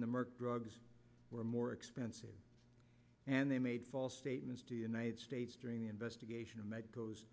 when the merck drugs were more expensive and they made false statements to united states during the investigation and that goes